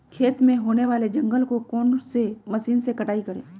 खेत में होने वाले जंगल को कौन से मशीन से कटाई करें?